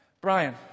Brian